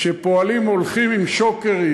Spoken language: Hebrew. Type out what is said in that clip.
שפועלים הולכים עם שוקרים,